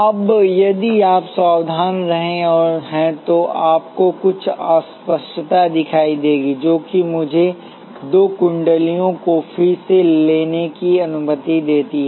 अब यदि आप सावधान रहे हैं तो आपको कुछ अस्पष्टता दिखाई देगी जो मुझे दो कुंडलियों को फिर से लेने की अनुमति देती है